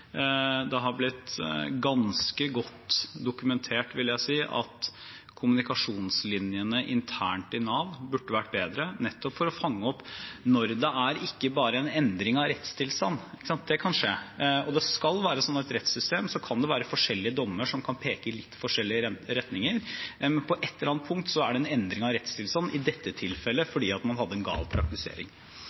Det har blitt ganske godt dokumentert, vil jeg si, at kommunikasjonslinjene internt i Nav burde ha vært bedre, nettopp for å fange opp når det er ikke bare en endring av rettstilstand. Det kan skje. I et rettssystem skal det være slik at forskjellige dommer kan peke i litt forskjellige retninger, men på et eller annet punkt er det en endring av rettstilstand – i dette tilfellet fordi man hadde en gal praktisering.